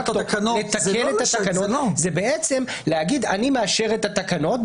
את התקנות" זה בעצם להגיד: אני מאשרת את התקנות,